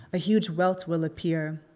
a huge welt will appear,